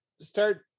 start